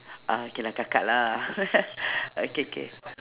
ah okay lah kakak lah okay k